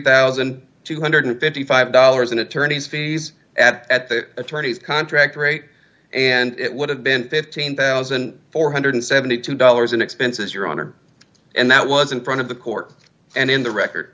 thousand two hundred and fifty five dollars in attorney's fees at the attorney's contract rate and it would have been fifteen thousand four hundred and seventy two dollars in expenses your honor and that was in front of the court and in the record